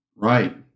Right